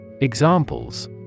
Examples